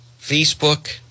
Facebook